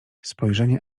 spojrzenie